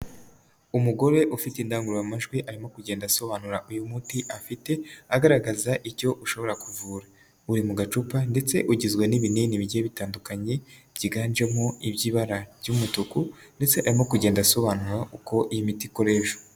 Umugore ufite indangururamajwi, arimo kugenda asobanura uyu muti afite, agaragaza icyo ushobora kuvura, uri mu gacupa ndetse ugizwe n'ibinini bigiye bitandukanye, byiganjemo iby'ibara ry'umutuku ndetse arimo kugenda asobanura uko iyi miti ikoreshwa.